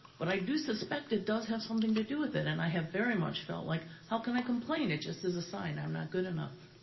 but i do suspect it does have something to do with it. and i have very much felt like, how can i complain? it just is a sign i'm not good enough.